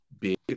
Big